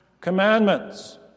commandments